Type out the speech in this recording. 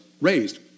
raised